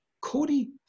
Cody